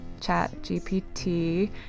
ChatGPT